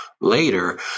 later